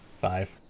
five